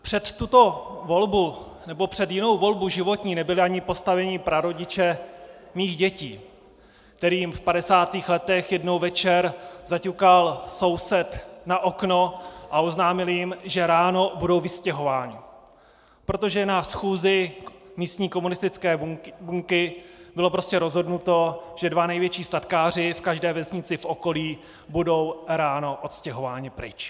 Před tuto volbu nebo před jinou životní volbu nebyli ani postaveni prarodiče mých dětí, kterým v 50. letech jednou večer zaťukal soused na okno a oznámil jim, že ráno budou vystěhováni, protože na schůzi místní komunistické buňky bylo prostě rozhodnuto, že dva největší statkáři v každé vesnici v okolí budou ráno odstěhováni pryč.